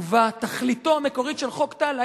ובו תכליתו המקורית של חוק טל,